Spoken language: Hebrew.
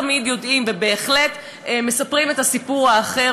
שלא תמיד יודעים ובהחלט מספרים את הסיפור האחר,